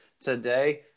today